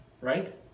right